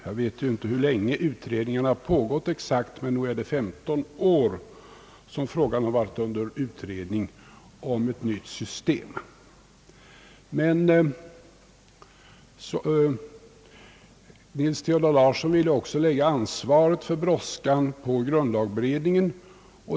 Jag vet inte exakt hur länge utredningarna har pågått, men nog är det under 15 år som frågan om ett nytt system har varit under utredning. Men herr Nils Theodor Larsson ville också lägga ansvaret för brådskan på grundlagberedningen.